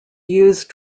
use